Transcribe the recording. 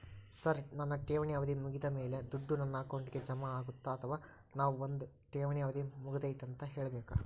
Sir ನನ್ನ ಠೇವಣಿ ಅವಧಿ ಮುಗಿದಮೇಲೆ, ದುಡ್ಡು ನನ್ನ ಅಕೌಂಟ್ಗೆ ಜಮಾ ಆಗುತ್ತ ಅಥವಾ ನಾವ್ ಬಂದು ಠೇವಣಿ ಅವಧಿ ಮುಗದೈತಿ ಅಂತ ಹೇಳಬೇಕ?